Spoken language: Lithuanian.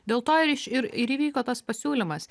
dėl to ir iš ir įvyko tas pasiūlymas